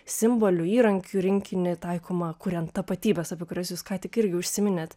simbolių įrankių rinkinį taikomą kuriant tapatybes apie kurias jūs ką tik irgi užsiminėt